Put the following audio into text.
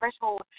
threshold